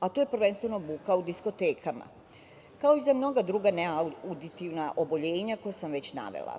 a to je prvenstveno buka u diskotekama. Kao i za mnoga druga neauditivna oboljenja koja sam već navela,